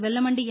Vellamandi என்